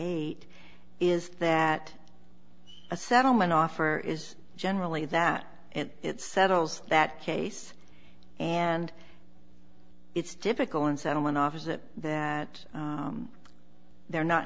eight is that a settlement offer is generally that it settles that case and it's typical in settlement office that that they're not